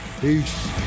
Peace